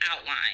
outline